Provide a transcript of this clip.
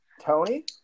tony